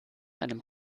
einem